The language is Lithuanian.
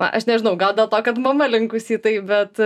na aš nežinau gal dėl to kad mama linkusi į tai bet